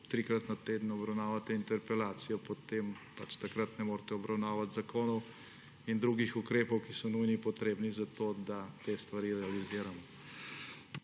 trikrat na teden obravnavate interpelacijo, potem pač takrat ne morete obravnavati zakonov in drugih ukrepov, ki so nujno potrebni za to, da te stvari realiziramo.